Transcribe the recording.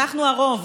אנחנו הרוב,